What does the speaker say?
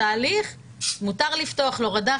מותר לפתוח להורדה,